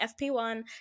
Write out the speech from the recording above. FP1